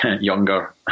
younger